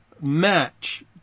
match